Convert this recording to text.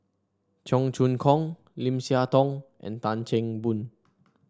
Cheong Choong Kong Lim Siah Tong and Tan Chan Boon